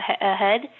ahead